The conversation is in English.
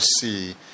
see